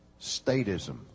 statism